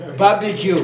barbecue